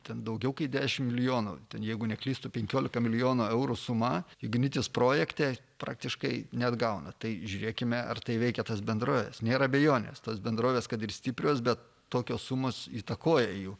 ten daugiau kaip dešimt milijonų ten jeigu neklystu penkiolika milijonų eurų suma ignitis projekte praktiškai neatgauna tai žiūrėkime ar tai veikia tos bendrovės nėra abejonės tos bendrovės kad ir stiprios bet tokios sumos įtakoja jų